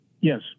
Yes